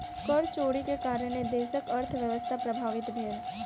कर चोरी के कारणेँ देशक अर्थव्यवस्था प्रभावित भेल